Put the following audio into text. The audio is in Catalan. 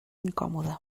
incòmode